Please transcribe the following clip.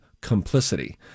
complicity